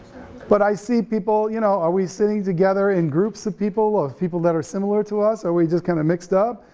but i see people, you know, are we sitting together in groups of people of people that are similar to us or are we just kinda mixed up,